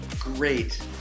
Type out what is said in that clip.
great